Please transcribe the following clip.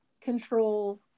control